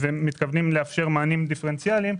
ואנחנו מתכוונים לאפשר מענים דיפרנציאליים,